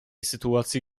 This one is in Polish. sytuacji